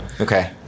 Okay